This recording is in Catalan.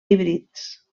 híbrids